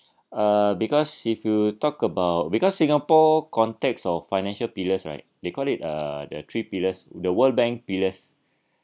uh because if you talk about because singapore context of financial pillars right they call it uh the three pillars the world bank pillars